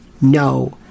no